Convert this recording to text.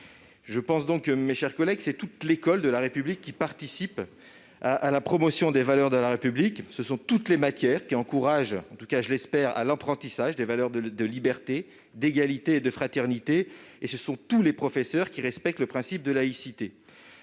de la laïcité. » Mes chers collègues, c'est toute l'école de la République qui participe à la promotion des valeurs de la République, ce sont toutes les matières qui encouragent, en tout cas je l'espère, l'apprentissage des valeurs de liberté, d'égalité et de fraternité, et ce sont tous les professeurs qui respectent le principe de laïcité